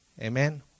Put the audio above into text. Amen